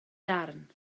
darn